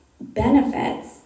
benefits